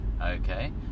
okay